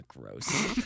gross